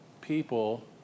people